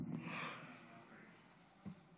מכובדי היושב-ראש,